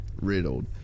riddled